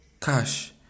cash